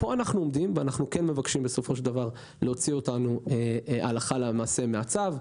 אנחנו מבקשים בסופו של דבר להוציא אותנו הלכה למעשה מהצו,